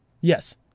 Yes